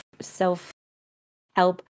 self-help